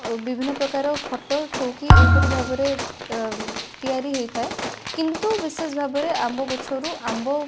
ଓ ବିଭିନ୍ନପ୍ରକାର ଖଟ ଚୌକି ଏହିପରି ଭାବରେ ଅ ତିଆରି ହେଇଥାଏ କିନ୍ତୁ ବିଶେଷ ଭାବରେ ଆମ୍ବ ଗଛରୁ ଆମ୍ବ